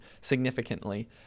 significantly